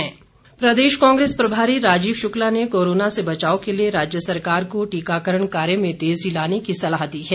कांग्रेस प्रदेश कांग्रेस प्रभारी राजीव शुक्ला ने कोरोना से बचाव के लिए राज्य सरकार को टीकाकरण कार्य में तेज़ी लाने की सलाह दी है